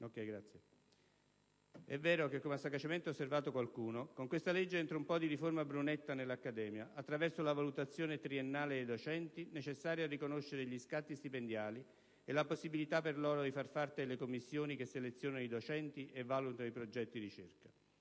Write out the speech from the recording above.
È vero che, come ha sagacemente osservato qualcuno, con questa legge entra un po' di riforma Brunetta nell'accademia, attraverso la valutazione triennale dei docenti necessaria a riconoscere gli scatti stipendiali e la possibilità per loro di far parte delle commissioni che selezionano i docenti e valutano i progetti di ricerca.